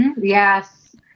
Yes